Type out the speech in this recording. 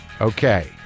okay